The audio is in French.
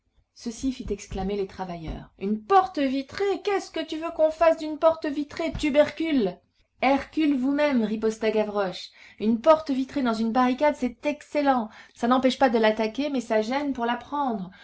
ceci fit exclamer les travailleurs une porte vitrée qu'est-ce que tu veux qu'on fasse d'une porte vitrée tubercule hercules vous-mêmes riposta gavroche une porte vitrée dans une barricade c'est excellent ça n'empêche pas de l'attaquer mais ça gêne pour